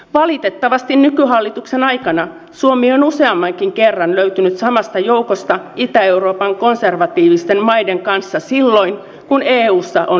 valitettavasti nykyhallituksen aikana suomi on useammankin kerran löytynyt samasta joukosta itä euroopan konservatiivisten maiden kanssa silloin kun eussa on linjattu ihmisoikeuksista